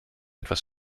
etwas